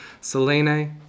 Selene